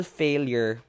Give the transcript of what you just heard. failure